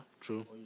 true